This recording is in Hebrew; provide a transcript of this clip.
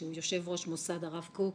יושב ראש מוסד הרב קוק,